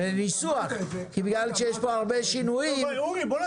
בגלל שיש פה הרבה שינויים.